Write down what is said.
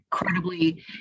incredibly